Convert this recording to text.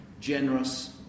generous